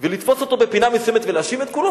ולתפוס אותו בפינה מסוימת ולהאשים את כולם,